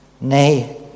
Nay